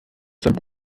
seinem